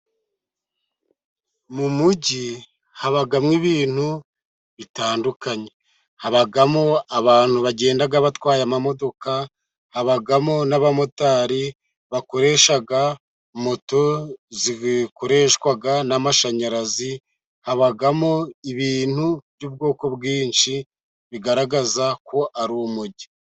Mu mugi habamo ibintu bitandukanye habamo abantu bagenda batwaye amamodoka, habamo n'abamotari bakoresha moto zikoreshwa n'amashanyarazi, habamo ibintu by'ubwoko bwinshi bigaragaza ko ari umugi.